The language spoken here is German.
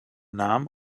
nahm